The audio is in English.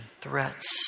threats